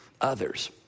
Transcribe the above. others